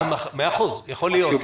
יכול להיות.